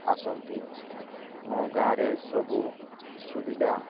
ଆସନ୍ତି ମୋ ଗାଁ ରେ ସବୁ ସୁବିଧା